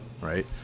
Right